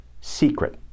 secret